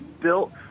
built